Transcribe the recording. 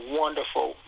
wonderful